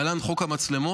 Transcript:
להלן חוק המצלמות: